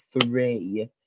three